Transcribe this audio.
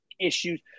issues